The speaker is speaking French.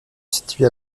situe